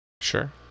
Sure